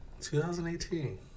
2018